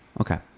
Okay